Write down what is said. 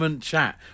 chat